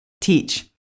teach